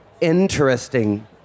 Interesting